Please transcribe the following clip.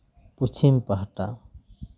ᱯᱚᱪᱷᱤᱢ ᱯᱟᱦᱴᱟ